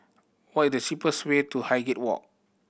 what is the cheapest way to Highgate Walk